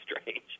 strange